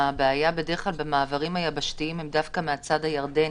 הבעיה במעברים יבשתיים היא דווקא בצד הירדני.